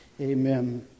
Amen